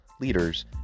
leaders